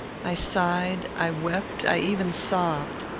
i sighed. i wept. i even sobbed.